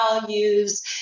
values